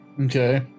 Okay